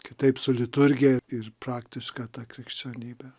kitaip su liturgija ir praktiška ta krikščionybe